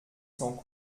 sans